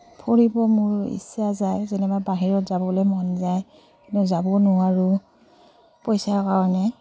ফুৰিব মোৰ ইচ্ছা যায় যেনিবা বাহিৰত যাবলৈ মন যায় কিন্তু যাব নোৱাৰোঁ পইচাৰ কাৰণে